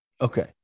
okay